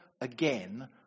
again